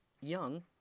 young